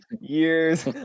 years